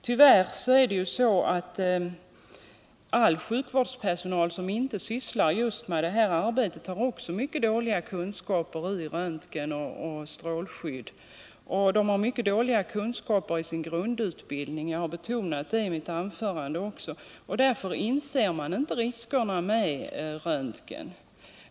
Tyvärr är det så att all sjukvårdspersonal som inte sysslar med just det här arbetet har mycket dåliga kunskaper i röntgenoch strålskydd, och personalen har också fått mycket bristfälliga kunskaper i sin grundutbildning — som jag redan har betonat i mitt tidigare anförande — och därför inser man inte riskerna som är förknippade med röntgen.